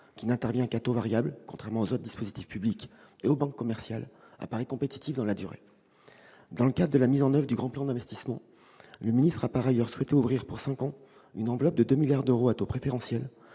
qui n'intervient qu'à taux variable, contrairement aux autres dispositifs publics et aux banques commerciales, paraît compétitive dans la durée. Par ailleurs, dans le cadre de la mise en oeuvre du Grand plan d'investissement, le ministre a souhaité ouvrir, pour cinq ans, une enveloppe de 2 milliards d'euros à taux préférentiel,